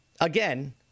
Again